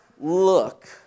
look